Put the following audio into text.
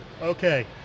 Okay